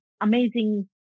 amazing